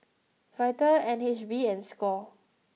Vital N H B and Score